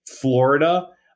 Florida